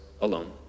alone